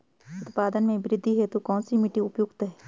उत्पादन में वृद्धि हेतु कौन सी मिट्टी उपयुक्त है?